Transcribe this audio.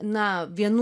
na vienų